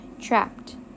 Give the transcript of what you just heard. Trapped